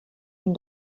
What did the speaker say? ihn